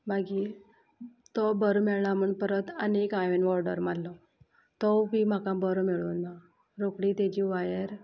मागीर तो बरो मेळ्ळ ना म्हूण परत आनी एक हांवें ऑर्डर मारलो तोवू बी म्हाका बरो मेळो ना रोकडी तेजी वायर